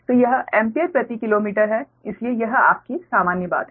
तो यह एम्पीयर प्रति किलोमीटर है इसलिए यह आपकी सामान्य बात है